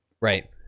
Right